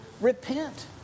repent